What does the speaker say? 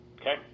okay